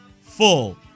full